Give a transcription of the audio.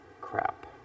crap